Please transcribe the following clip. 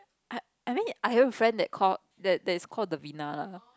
I I mean I have a friend that call that that's called Davina lah